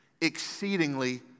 exceedingly